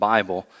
Bible